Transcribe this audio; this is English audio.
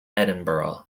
edinburgh